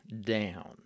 down